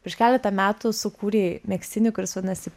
prieš keletą metų sukūrei megztinį kuris vadinasi